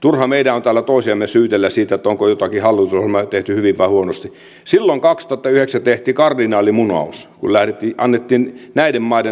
turha meidän on täällä toisiamme syytellä siitä onko jotakin hallitusohjelmaa tehty hyvin vai huonosti silloin kaksituhattayhdeksän tehtiin kardinaalimunaus kun annettiin